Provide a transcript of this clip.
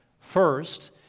First